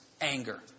anger